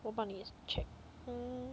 我帮你 check mm